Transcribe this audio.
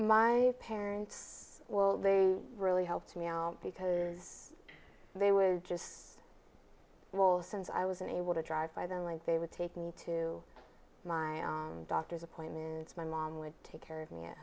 my parents well they really helped me because they were just so well since i was able to drive by them like they would take me to my doctor's appointment and my mom would take care of me at